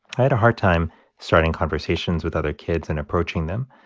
i had a hard time starting conversations with other kids and approaching them.